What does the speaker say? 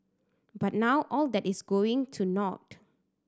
but now all that is going to naught